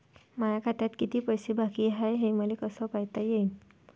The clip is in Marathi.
माया खात्यात किती पैसे बाकी हाय, हे मले कस पायता येईन?